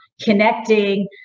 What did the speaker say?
connecting